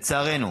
לצערנו,